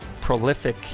prolific